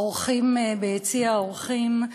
האורחים ביציע האורחים,